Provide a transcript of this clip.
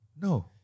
No